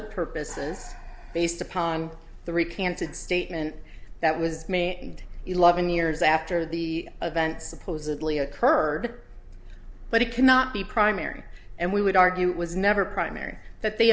the purposes based upon the recanted statement that was me and eleven years after the event supposedly occurred but it cannot be primary and we would argue it was never primary that they